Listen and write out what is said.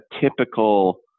typical